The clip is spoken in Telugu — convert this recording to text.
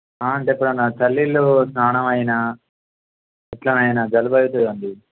అంటే ఎప్పుడైనా చన్నీళ్ళు స్నానం అయినా ఇట్లానయినా జలుబైబవుతుంది కదండీ